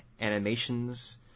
animations